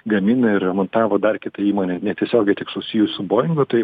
gamina ir remontavo dar kitą įmonė netiesiogiai tik susijus su bojingu tai